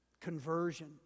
conversion